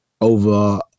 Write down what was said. over